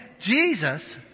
jesus